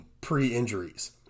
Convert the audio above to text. pre-injuries